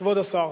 כבוד השר,